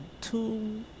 two